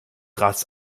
rats